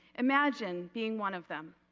imagine being one of them.